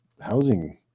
housing